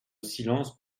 silence